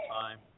time